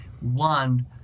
one